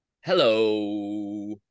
Hello